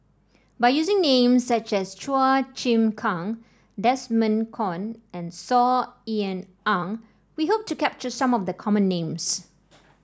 by using names such as Chua Chim Kang Desmond Kon and Saw Ean Ang we hope to capture some of the common names